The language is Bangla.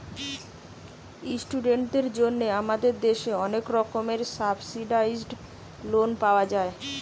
ইস্টুডেন্টদের জন্যে আমাদের দেশে অনেক রকমের সাবসিডাইসড লোন পাওয়া যায়